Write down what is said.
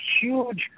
huge